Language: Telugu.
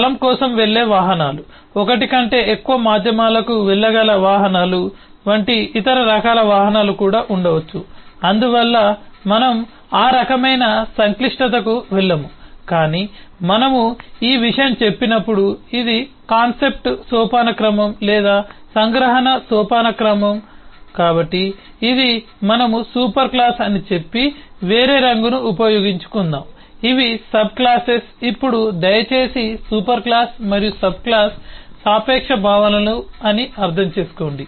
స్థలం కోసం వెళ్లే వాహనాలు ఒకటి కంటే ఎక్కువ మాధ్యమాలకు వెళ్ళగల వాహనాలు వంటి ఇతర రకాల వాహనాలు కూడా ఉండవచ్చు అందువల్ల మనం ఆ రకమైన సంక్లిష్టతకు వెళ్ళము కాని మనము ఈ విషయం చెప్పినప్పుడు ఇది కాన్సెప్ట్ సోపానక్రమం లేదా సంగ్రహణ సోపానక్రమం కాబట్టి ఇది మనము సూపర్ క్లాస్ అని చెప్పి వేరే రంగును ఉపయోగించుకుందాం ఇవి సబ్క్లాసెస్ ఇప్పుడు దయచేసి సూపర్ క్లాస్ మరియు సబ్ క్లాస్ సాపేక్ష భావనలు అని అర్థం చేసుకోండి